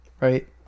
right